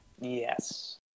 yes